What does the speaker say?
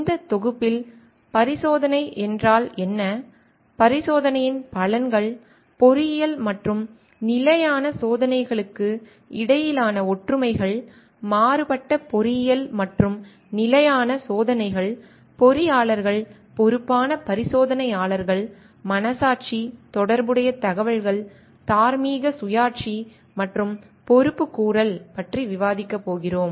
இந்த தொகுதியில் பரிசோதனை என்றால் என்ன பரிசோதனையின் பலன்கள் பொறியியல் மற்றும் நிலையான சோதனைகளுக்கு இடையிலான ஒற்றுமைகள் மாறுபட்ட பொறியியல் மற்றும் நிலையான சோதனைகள் பொறியாளர்கள் பொறுப்பான பரிசோதனையாளர்கள் மனசாட்சி தொடர்புடைய தகவல்கள் தார்மீக சுயாட்சி மற்றும் பொறுப்புக்கூறல் பற்றி விவாதிக்கப் போகிறோம்